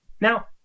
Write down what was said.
Now